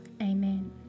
amen